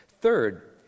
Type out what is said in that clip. Third